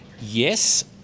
Yes